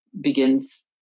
begins